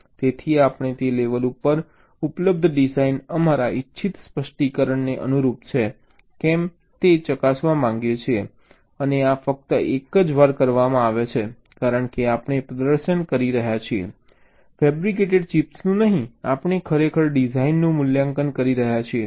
તેથી આપણે તે લેવલ ઉપર ઉપલબ્ધ ડિઝાઇન અમારા ઇચ્છિત સ્પષ્ટીકરણને અનુરૂપ છે કે કેમ તે ચકાસવા માંગીએ છીએ અને આ ફક્ત એક જ વાર કરવામાં આવે છે કારણ કે આપણે પ્રદર્શન કરી રહ્યા છીએ ફેબ્રિકેટેડ ચિપ્સનું નહીં આપણે ખરેખર ડિઝાઇનનું મૂલ્યાંકન કરી રહ્યા છીએ